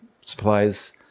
supplies